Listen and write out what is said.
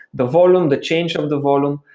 the volume, the change of the volume,